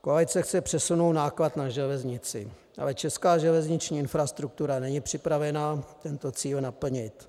Koalice chce přesunout náklad na železnici, ale česká železniční infrastruktura není připravena tento cíl naplnit.